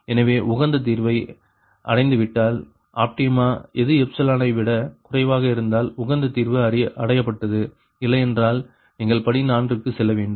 எனவே உகந்த தீர்வை அடைந்துவிட்டால் ஆப்டிமா இது எப்சிலானை விட குறைவாக இருந்தால் உகந்த தீர்வு அடையப்பட்டது இல்லையென்றால் நீங்கள் படி 4 க்கு செல்ல வேண்டும்